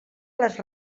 les